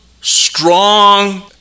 strong